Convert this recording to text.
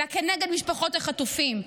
אלא כנגד משפחות החטופים,